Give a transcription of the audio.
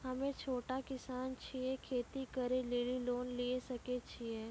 हम्मे छोटा किसान छियै, खेती करे लेली लोन लिये सकय छियै?